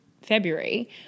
February